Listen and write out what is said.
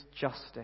justice